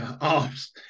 arms